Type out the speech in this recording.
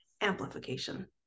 amplification